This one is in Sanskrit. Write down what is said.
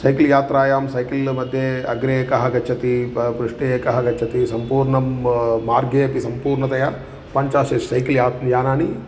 सैकल् यात्रायां सैकल् मध्ये अग्रे कः गच्छति प पृष्ठे कः गच्छति संपूर्णं मार्गेपि सम्पूर्णतया पञ्चाशत् सैकल् या यानानि